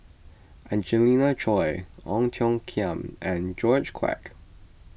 Angelina Choy Ong Tiong Khiam and George Quek